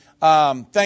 Thank